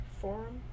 Forum